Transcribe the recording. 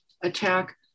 attack